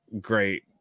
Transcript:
great